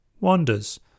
wanders